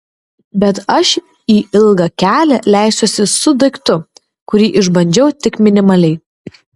bet aš į ilgą kelią leisiuosi su daiktu kurį išbandžiau tik minimaliai